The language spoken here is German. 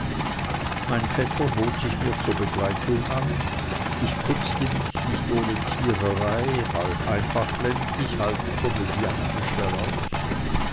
mein vetter bot sich mir zur begleitung an ich putzte mich nicht ohne ziererei halb einfach ländlich halb komödiantisch heraus